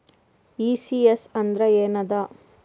ECS ಅಂದ್ರ ಏನದ?